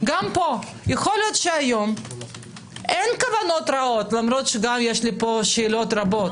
גם פה יכול להיות שהיום אין כוונות רעות למרות שיש לי שאלות רבות.